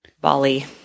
Bali